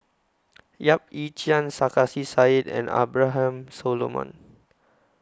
Yap Ee Chian Sarkasi Said and Abraham Solomon